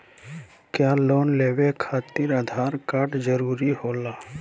क्या लोन लेवे खातिर आधार कार्ड जरूरी होला?